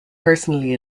personally